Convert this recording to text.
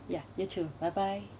ya you too bye bye